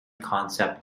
concept